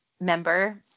member